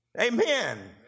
Amen